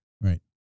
Right